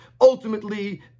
ultimately